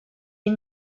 est